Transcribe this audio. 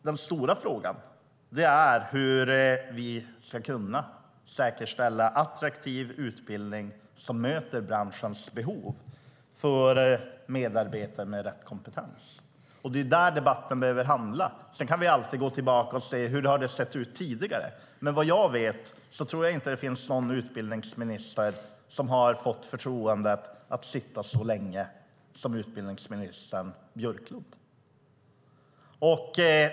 Den stora frågan är hur vi ska kunna säkerställa attraktiv utbildning som möter branschernas behov av medarbetare med rätt kompetens. Det är det debatten behöver handla om. Vi kan alltid gå tillbaka och se hur det har sett ut tidigare, men såvitt jag vet har ingen annan utbildningsminister fått förtroendet att sitta så länge som utbildningsminister Björklund.